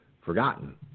forgotten